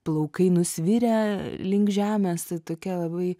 plaukai nusvirę link žemės tai tokia labai